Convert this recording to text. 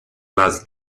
las